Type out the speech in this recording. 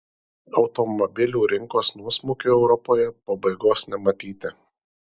automobilių rinkos nuosmukiui europoje pabaigos nematyti